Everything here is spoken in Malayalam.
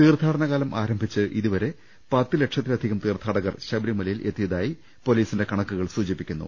തീർത്ഥാടനകാലം ആരംഭിച്ച് ഇതുവരെ പത്ത് ലക്ഷത്തില ധികം തീർത്ഥാടകർ ശബരിമലയിൽ എത്തിയതായി പൊലീ സിന്റെ കണക്കുകൾ സൂചിപ്പിക്കുന്നു